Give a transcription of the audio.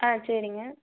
ஆ சரிங்க